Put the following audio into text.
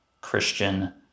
Christian